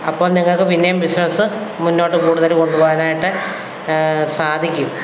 അപ്പോൾ നിങ്ങൾക്കു പിന്നെയും ബിസിനസ്സ് മുന്നോട്ടു കൂടുതൽ കൊണ്ടു പോകാനായിട്ടു സാധിക്കും